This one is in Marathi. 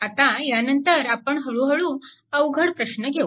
आता यानंतर आपण हळूहळू अवघड प्रश्न घेऊ